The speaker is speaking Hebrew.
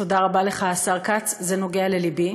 תודה רבה לך, השר כץ, זה נוגע ללבי.